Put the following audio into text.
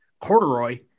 Corduroy